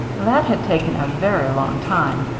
that had taken a very long time,